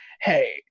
Hey